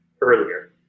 earlier